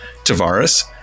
Tavares